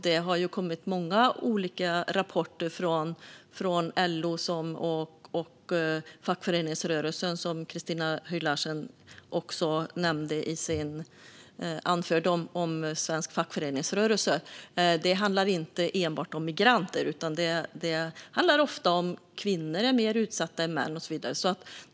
Det har kommit många olika rapporter från LO och fackföreningsrörelsen, som Christina Höj Larsen också anförde om svensk fackföreningsrörelse. Det handlar inte enbart om migranter. Det handlar ofta om att kvinnor är mer utsatta än män och så vidare.